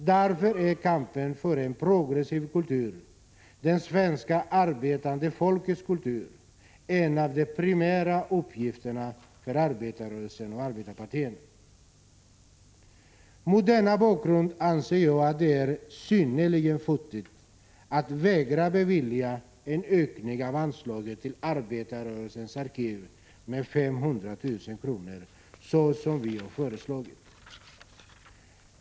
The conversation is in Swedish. Därför är kampen för en progressiv kultur, det svenska arbetande folkets kultur, en av de primära uppgifterna för arbetarrörelsen och arbetarpartierna. Mot denna bakgrund anser jag att det är synnerligen futtigt att vägra bevilja en ökning av anslaget till arbetarrörelsens arkiv med 500 000 kr., såsom vi har föreslagit.